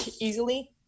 easily